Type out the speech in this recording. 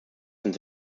sind